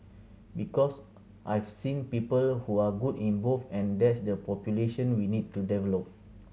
because I've seen people who are good in both and that's the population we need to develop